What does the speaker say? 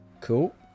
Cool